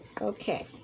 Okay